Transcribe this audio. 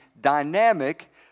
dynamic